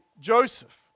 Joseph